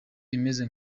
imeze